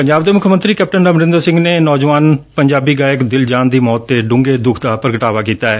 ਪੰਜਾਬ ਦੇ ਮੁੱਖ ਮੰਤਰੀ ਕੈਪਟਨ ਅਮਰਿੰਦਰ ਸਿੰਘ ਨੇ ਨੌਜਵਾਨ ਪੰਜਾਬੀ ਗਾਇਕ ਦਿਲਜਾਨ ਦੀ ਮੌਤ ਤੇ ਡੁੰਘੇ ਦੁੱਖ ਦਾ ਪ੍ਰਗਟਾਵਾ ਕੀਤੈ